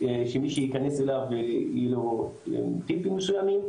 שמי שייכנס אליו יהיו לו טיפים מסוימים,